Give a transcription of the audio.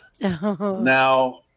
Now